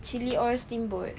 chilli oil steamboat